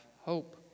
hope